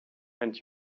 and